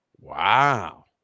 Wow